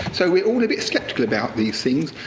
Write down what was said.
so we're all a bit skeptical about these things.